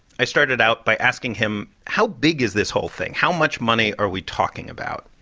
i started out by asking him, how big is this whole thing? how much money are we talking about?